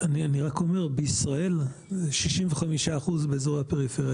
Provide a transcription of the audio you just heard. אני רק אומר, בישראל 65% באזור הפריפריה.